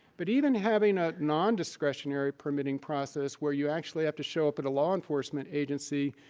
but even having a non-discretionary permitting process, where you actually have to show up at a law enforcement agency,